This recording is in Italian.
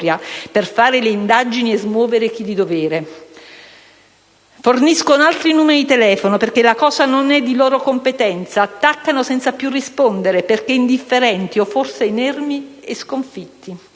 per fare le indagini e smuovere chi di dovere. Le forze dell'ordine forniscono altri numeri di telefono perché la cosa non è di loro competenza o attaccano senza più rispondere, perché indifferenti o forse inermi e sconfitti.